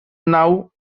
now